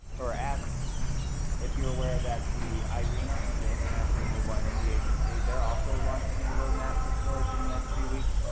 or asked if you were aware that the irina, the international renewable energy agency. they're also launching their roadmap for storage in the next few weeks.